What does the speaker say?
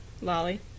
Lolly